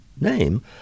name